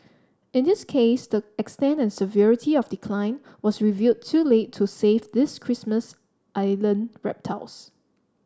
in this case the extent and severity of decline was revealed too late to save these Christmas Island reptiles